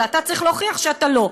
אלא אתה צריך להוכיח שאתה לא,